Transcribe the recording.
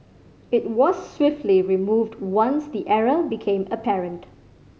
it was swiftly removed once the error became apparent